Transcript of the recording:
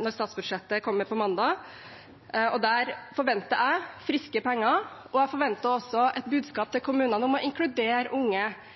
når statsbudsjettet kommer på mandag. Der forventer jeg friske penger, og jeg forventer også et budskap til kommunene om å inkludere unge